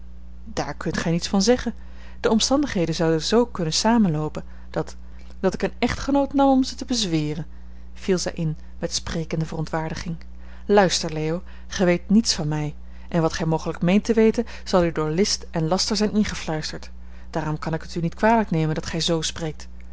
daar kunt gij niets van zeggen de omstandigheden zouden zoo kunnen samenloopen dat dat ik een echtgenoot nam om ze te bezweren viel zij in met sprekende verontwaardiging luister leo gij weet niets van mij en wat gij mogelijk meent te weten zal u door list en laster zijn ingefluisterd daarom kan ik het u niet kwalijk nemen dat gij z spreekt